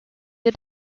wir